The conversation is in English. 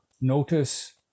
notice